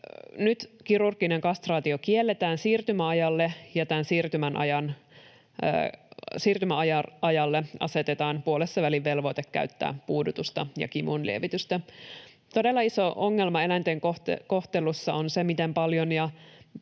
Nyt kirurginen kastraatio kielletään siirtymäajalla, ja tämän siirtymäajan puolessavälin asetetaan velvoite käyttää puudutusta ja kivunlievitystä. Todella iso ongelma eläinten kohtelussa on se, miten paljon